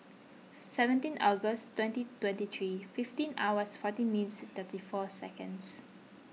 seventeen August twenty twenty three fifteen hours fifteen minutes thirty four seconds